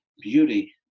beauty